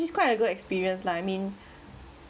it's quite a good experience lah I mean